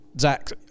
Zach